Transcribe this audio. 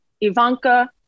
Ivanka